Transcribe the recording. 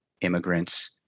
immigrants